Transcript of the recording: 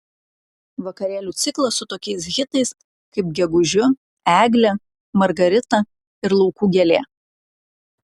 vakarėlių ciklas su tokiais hitais kaip gegužiu eglė margarita ir laukų gėlė